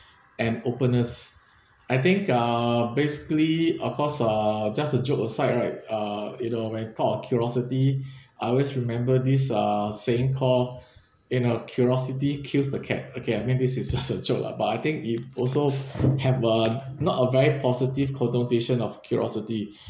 and openness I think uh basically of course uh just a joke aside right uh you know when talk of curiosity I always remember this uh saying call you know curiosity kills the cat okay I mean this is just a joke lah but I think it also have uh not a very positive connotation of curiosity